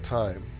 time